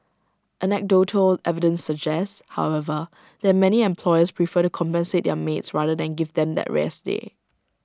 anecdotal evidence suggests however that many employers prefer to compensate their maids rather than give them that rest day